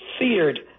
feared